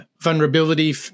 vulnerability